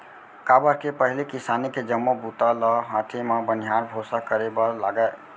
काबर के पहिली किसानी के जम्मो बूता ल हाथे म बनिहार भरोसा करे बर लागय